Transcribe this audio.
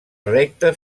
recte